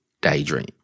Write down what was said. daydream